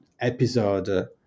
episode